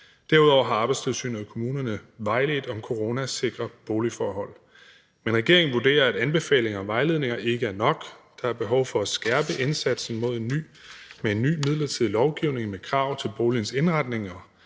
Derudover har Arbejdstilsynet og kommunerne vejledt om coronasikre boligforhold. Men regeringen vurderer, at anbefalinger og vejledninger ikke er nok; der er behov for at skærpe indsatsen med en ny midlertidig lovgivning med krav til boligens indretning